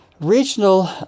regional